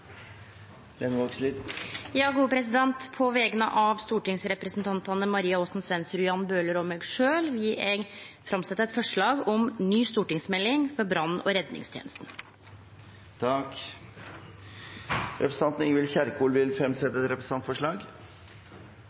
På vegner av stortingsrepresentantane Maria-Karine Aasen- Svensrud, Jan Bøhler og meg sjølv vil eg setje fram eit representantforslag om ny stortingsmelding om brann- og redningstenesta. Representanten Ingvild Kjerkol vil fremsette tre representantforslag.